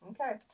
okay